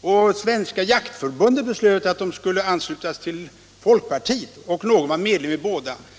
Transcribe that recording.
och Svenska jägareförbundet beslöt att dess medlemmar skulle anslutas till folkpartiet och någon var medlem i båda föreningarna?